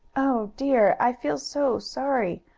oh dear! i feel so sorry!